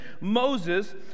Moses